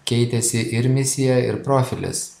keitėsi ir misija ir profilis